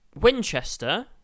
...Winchester